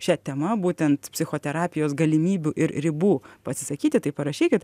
šia tema būtent psichoterapijos galimybių ir ribų pasisakyti tai parašykit